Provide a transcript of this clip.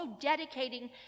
dedicating